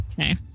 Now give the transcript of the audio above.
okay